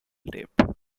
tape